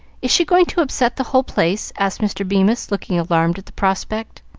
is she going to upset the whole place? asked mr. bemis, looking alarmed at the prospect.